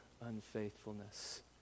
unfaithfulness